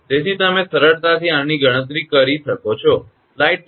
તેથી તમે સરળતાથી આની ગણતરી કરી શકો છો